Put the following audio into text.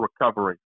recovery